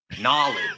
Knowledge